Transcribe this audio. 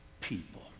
people